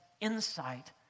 insight